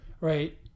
right